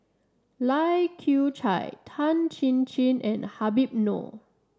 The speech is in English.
Lai Kew Chai Tan Chin Chin and Habib Noh